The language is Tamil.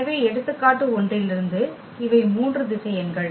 எனவே எடுத்துக்காட்டு 1 இலிருந்து இவை மூன்று திசையன்கள்